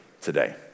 today